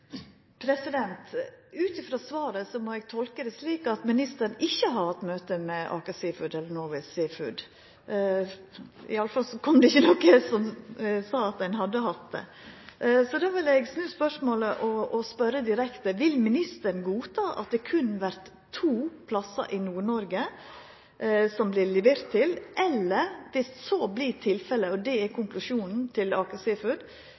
Ut frå svaret må eg tolka det slik at ministeren ikkje har hatt møte med Aker Seafoods eller Norway Seafoods. I alle fall kom det ikkje noko fram som sa at ein hadde hatt det. Då vil eg snu spørsmålet og spørja direkte: Vil ministeren godta at det berre vert levert til to plassar i Nord-Noreg, og viss så vert tilfelle og det er konklusjonen til